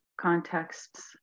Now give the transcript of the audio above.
contexts